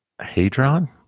Hadron